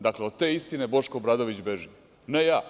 Dakle, od te istine Boško Obradović beži, ne ja.